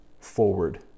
forward